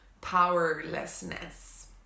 powerlessness